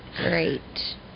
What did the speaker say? Great